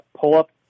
pull-up